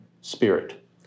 spirit